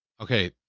Okay